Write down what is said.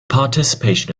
participation